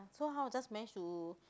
so how just manage to